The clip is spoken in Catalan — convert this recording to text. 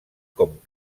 com